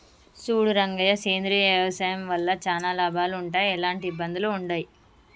సూడు రంగయ్య సేంద్రియ వ్యవసాయం వల్ల చానా లాభాలు వుంటయ్, ఎలాంటి ఇబ్బందులూ వుండయి